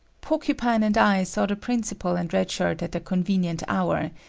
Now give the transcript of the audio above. porcupine and i saw the principal and red shirt at a convenient hour,